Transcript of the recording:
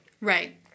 right